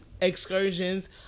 excursions